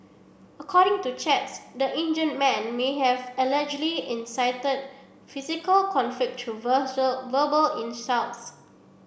according to chats the injure man may have allegedly incited physical conflict through verbal insults